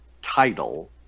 title